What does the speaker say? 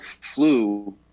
flu